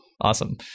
Awesome